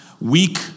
weak